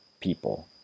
people